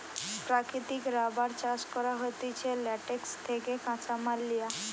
প্রাকৃতিক রাবার চাষ করা হতিছে ল্যাটেক্স থেকে কাঁচামাল লিয়া